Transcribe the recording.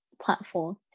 platform